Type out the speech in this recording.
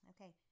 Okay